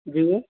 जी